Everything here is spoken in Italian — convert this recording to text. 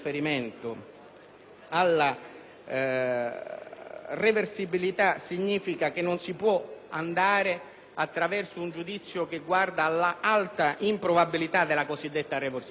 all'irreversibilità significa che non si può andare attraverso un giudizio che guardi all'alta improbabilità della cosiddetta reversibilità: